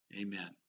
Amen